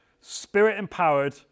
spirit-empowered